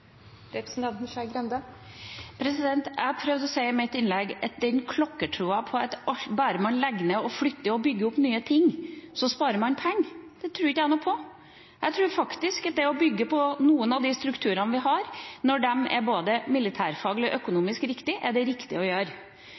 Jeg prøvde å si i mitt innlegg at den klokkertroen på at bare man legger ned, flytter og bygger opp nye ting, sparer man penger, har ikke jeg. Jeg tror faktisk at det å bygge på noen av de strukturene vi har, når de er både militærfaglig og økonomisk riktige, er det riktige å gjøre.